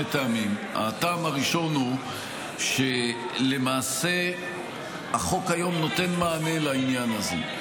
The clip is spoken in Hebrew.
טעמים: הטעם הראשון הוא שלמעשה החוק היום נותן מענה לעניין הזה.